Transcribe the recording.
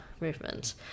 movement